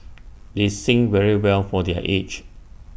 they sing very well for their age